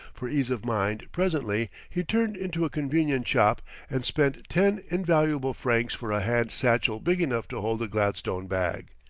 for ease of mind, presently, he turned into a convenient shop and spent ten invaluable francs for a hand satchel big enough to hold the gladstone bag.